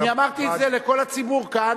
אמרתי את זה לכל הציבור כאן